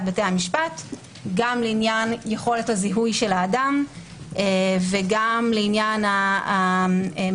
בתי המשפט גם לעניין יכולת הזיהוי של האדם וגם לעניין מזהים